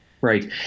right